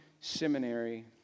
seminary